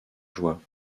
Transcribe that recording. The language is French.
joie